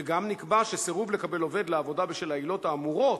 וגם נקבע שסירוב לקבל עובד לעבודה בשל העילות האמורות,